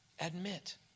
Admit